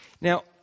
Now